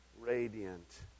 radiant